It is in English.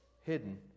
hidden